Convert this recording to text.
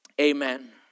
Amen